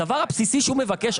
הדבר הבסיסי שהוא מבקש,